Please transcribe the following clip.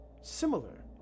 similar